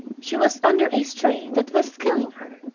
she was under a strain that was killing her.